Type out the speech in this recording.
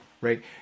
right